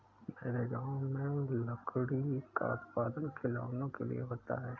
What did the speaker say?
मेरे गांव में लकड़ी का उत्पादन खिलौनों के लिए होता है